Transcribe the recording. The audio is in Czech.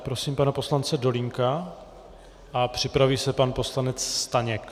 Prosím pana poslance Dolínka a připraví se pan poslanec Pavel Staněk.